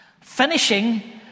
finishing